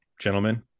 gentlemen